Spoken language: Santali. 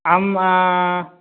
ᱟᱢ